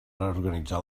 reorganitzar